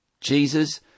Jesus